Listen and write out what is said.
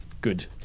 good